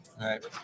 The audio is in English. Right